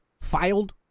filed